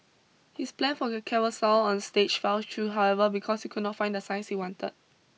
his plan for a carousel on stage fell through however because he could not find the size he wanted